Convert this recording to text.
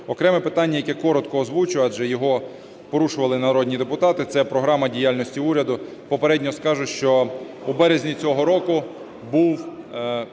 Окреме питання, яке коротко озвучу, адже його порушували народні депутати, - це програми діяльності уряду. Попередньо скажу, що у березні цього року був